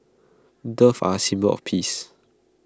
doves are A symbol of peace